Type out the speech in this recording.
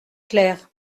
claire